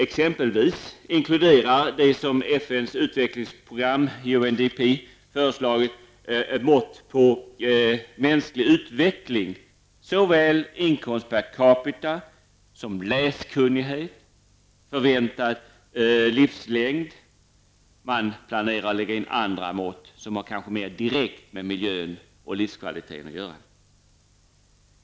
Exempelvis inkluderar det av FNs utvecklingsprogram, UNDP, föreslagna måttet på mänsklig utveckling såväl inkomst per capita som läskunnighet och förväntad livslängd. Och man planerar att lägga in andra mått som kanske mer direkt har med miljön och livskvaliteten att göra.